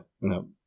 No